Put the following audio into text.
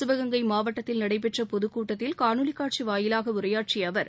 சிவகங்கை மாவட்டத்தில் நடைபெற்ற பொதுக்கூட்டத்தில் காணொலிக் காட்சி வாயிலாக உரையாற்றிய அவர்